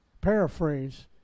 paraphrase